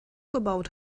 gebaut